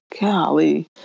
golly